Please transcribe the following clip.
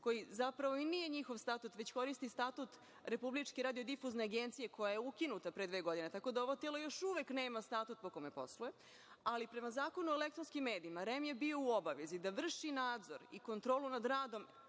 koji zapravo i nije njihov statut, već koristi Statut Republičke radiodifuzne agencije, koja je ukinuta pre dve godine, tako da ovo telo još uvek nema statut po kome posluje, ali prema Zakonu o elektronskim medijima REM je bio u obavezi da vrši nadzor i kontrolu nad radom